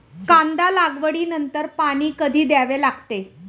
कांदा लागवडी नंतर पाणी कधी द्यावे लागते?